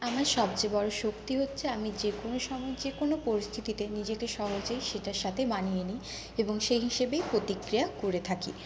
আমার সবচেয়ে বড় শক্তি হচ্ছে আমি যে কোনো সময় যে কোনো পরিস্থিতিতে নিজেকে সহজে সেটার সাথে মানিয়ে নিই এবং সেই হিসাবে প্রতিক্রিয়া করে থাকি